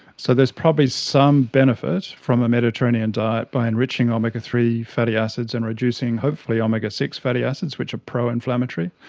so there's probably some benefit from a mediterranean diet, by enriching omega three fatty acids and reducing hopefully omega six fatty acids, which are pro-inflammatory.